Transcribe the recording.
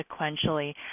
sequentially